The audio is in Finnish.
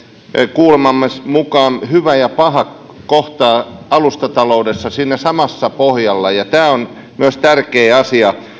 kuulemamme mukaan hyvä ja paha kohtaavat alustataloudessa siinä samalla pohjalla ja tämä on myös tärkeä asia